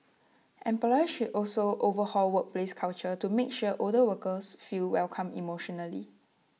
employers should also overhaul workplace culture to make sure older workers feel welcome emotionally